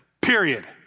period